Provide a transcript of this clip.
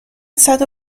صدو